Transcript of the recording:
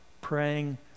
praying